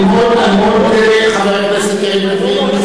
אני מאוד מודה לחבר הכנסת יריב לוין.